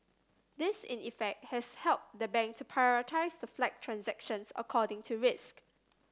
this in effect has helped the bank to prioritise the flagged transactions according to risk